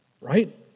right